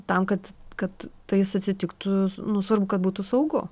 tam kad kad tais atsitiktų nu svarbu kad būtų saugu